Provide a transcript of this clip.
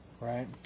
Right